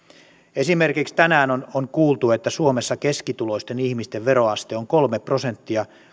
esimerkiksi tänään on on kuultu että suomessa keskituloisten ihmisten veroaste on kolme prosenttia